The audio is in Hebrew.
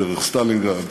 דרך סטלינגרד,